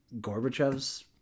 Gorbachev's